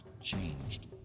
changed